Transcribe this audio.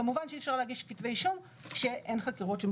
כמובן שאי אפשר להגיש כתבי אישום כאשר אין חקירות.